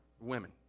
women